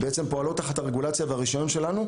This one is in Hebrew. בעצם פועלות תחת הרגולציה והרישיון שלנו,